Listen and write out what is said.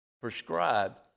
prescribed